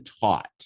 taught